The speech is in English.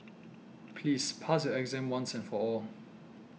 please pass your exam once and for all